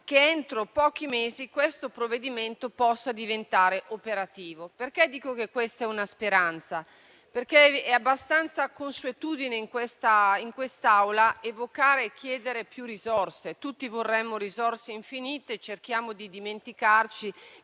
che entro pochi mesi questo provvedimento possa diventare operativo. Dico che questa è una speranza perché è abbastanza consuetudine in quest'Aula evocare e chiedere più risorse: tutti vorremmo risorse infinite e cerchiamo di dimenticarci